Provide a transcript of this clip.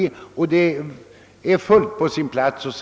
Den kan ju inte i och för sig vara rimlig.